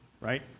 right